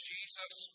Jesus